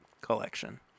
Collection